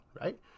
right